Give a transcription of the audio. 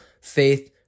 faith